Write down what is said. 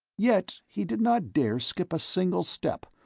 yet he did not dare skip a single step,